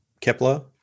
Kepler